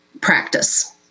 practice